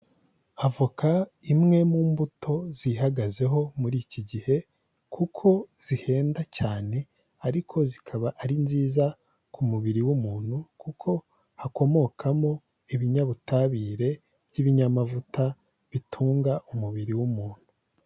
Avoka imwe mu mbuto zihagazeho muri iki gihe kuko zihenda cyane ariko zikaba ari nziza ku mubiri w'umuntu kuko hakomokamo ibinyabutabire by'ibinyamavuta bitunga umubiri w'umuntu.